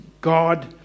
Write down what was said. God